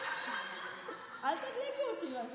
אל תדליקו אותי.